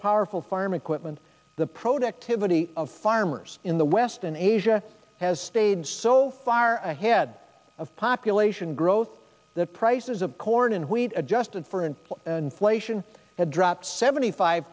powerful farm equipment the productivity of farmers in the west in asia has stayed so far ahead of population growth that prices of corn and wheat adjusted for inflation had dropped seventy five